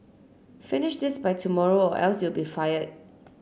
finish this by tomorrow or else you'll be fired